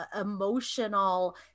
emotional